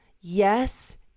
Yes